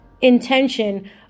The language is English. intention